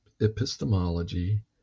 epistemology